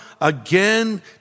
again